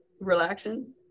Relaxing